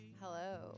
Hello